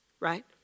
right